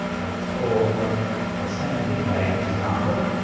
let's sort ah descending by this number,